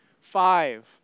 Five